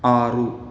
ಆರು